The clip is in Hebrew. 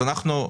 שמה?